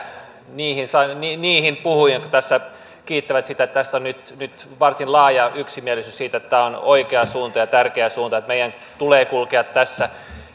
niihin puhujiin jotka tässä kiittävät sitä että nyt on varsin laaja yksimielisyys siitä että tämä on oikea suunta ja tärkeä suunta että meidän tulee kulkea tässä